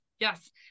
Yes